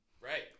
Right